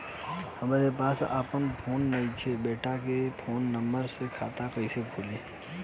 हमरा पास आपन फोन नईखे बेटा के फोन नंबर से खाता कइसे खुली?